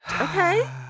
Okay